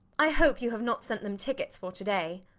i hope you have not sent them tickets for to-day.